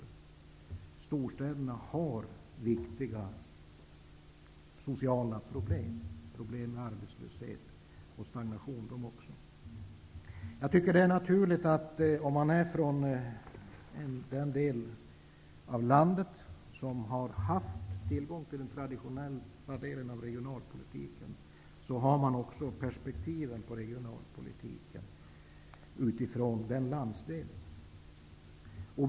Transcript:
Också storstäderna har betydande sociala problem, arbetslöshet och stagnation. Det är naturligt att den som kommer från den del av landet som haft tillgång till den traditionella delen av regionalpolitiken också har perspektiv på denna ur den egna landsdelens synvinkel.